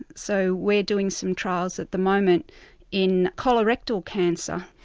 so we're doing some trials at the moment in colorectal cancer.